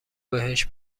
بهش